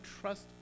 trust